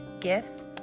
gifts